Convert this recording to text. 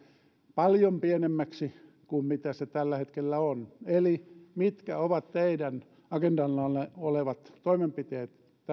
paljon pienemmäksi kuin mitä se tällä hetkellä on eli mitkä ovat teidän agendallanne olevat toimenpiteet